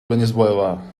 venezuela